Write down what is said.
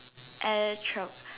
air travel